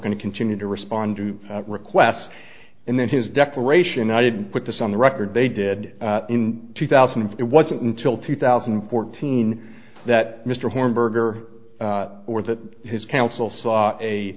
going to continue to respond to requests and then his declaration i did put this on the record they did in two thousand and it wasn't until two thousand and fourteen that mr hornberger or that his counsel saw a